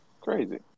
Crazy